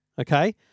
okay